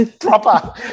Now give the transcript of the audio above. proper